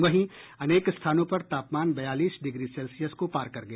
वहीं अनेक स्थानों पर तापमान बयालीस डिग्री सेल्सियस को पार कर गया